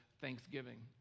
thanksgiving